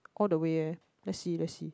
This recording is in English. all the way eh let's see let's see